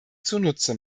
zunutze